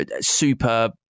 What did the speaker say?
super